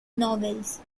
novels